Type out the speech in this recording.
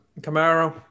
Camaro